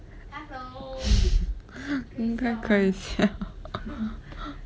应该可以笑